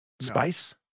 Spice